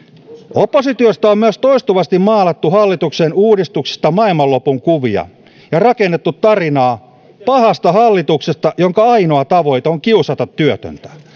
oppositiosta on myös toistuvasti maalattu hallituksen uudistuksista maailmanlopun kuvia ja rakennettu tarinaa pahasta hallituksesta jonka ainoa tavoite on kiusata työtöntä